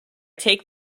take